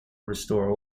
restore